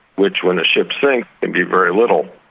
which when a ship sinks can be very little.